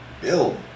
build